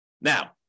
Now